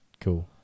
cool